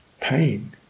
pain